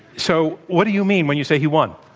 so, what do you mean when you say he won?